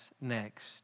next